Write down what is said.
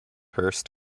hearst